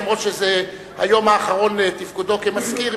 אף-על-פי שזה היום האחרון לתפקודו כמזכיר,